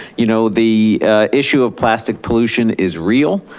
you know the issue of plastic pollution is real.